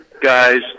guys